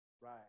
Right